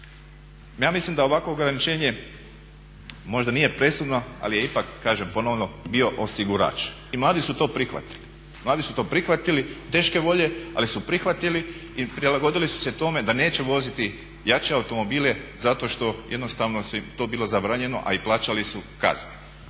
Ja mislim da ovakvo ograničenje možda nije presudno ali je ipak kažem ponovno bio osigurač i mladi su to prihvatili. Mladi su to prihvatili teške volje, ali su prihvatili i prilagodili su se tome da neće voziti jače automobile zato što jednostavno im je to bilo zabranjeno, a i plaćali su kazne.